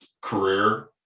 career